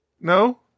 No